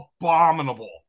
abominable